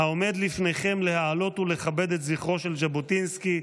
"העומד לפניכם להעלות ולכבד את זכרו של ז'בוטינסקי,